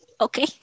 okay